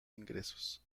ingresos